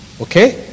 okay